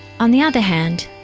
on the other hand,